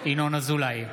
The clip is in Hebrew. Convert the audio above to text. ינון אזולאי,